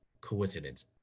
coincidence